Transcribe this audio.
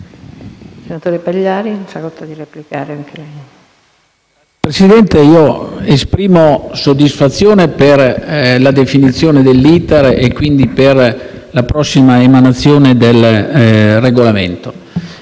Presidente, esprimo soddisfazione per la definizione dell'*iter* e quindi per la prossima emanazione del regolamento.